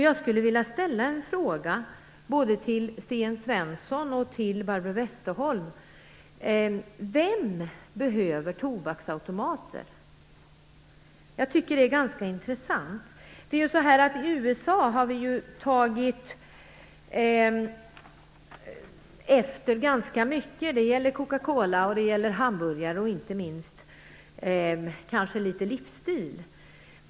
Jag skulle vilja ställa en fråga, både till Sten Svensson och till Barbro Westerholm: Vem behöver tobaksautomater? Jag tycker det är ganska intressant. Vi har ju tagit efter USA ganska mycket - det gäller Coca-Cola, det gäller hamburgare och kanske inte minst livsstil.